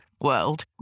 world